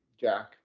Jack